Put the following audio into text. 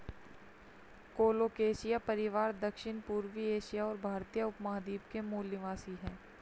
colocasia परिवार दक्षिणपूर्वी Asia और भारतीय उपमहाद्वीप के मूल निवासी है